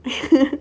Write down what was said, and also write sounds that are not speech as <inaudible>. <laughs>